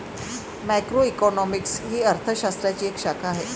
macroeconomics ही अर्थ शास्त्राची एक शाखा आहे